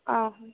ఆహ